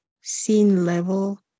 scene-level